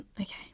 okay